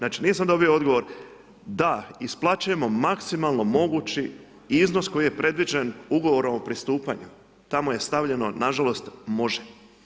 Nisam dobio odgovor, da isplaćujemo maksimalno mogući iznos, koji je predviđen, ugovorom o pristupanju, tamo je stavljeno, nažalost, može.